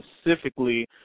specifically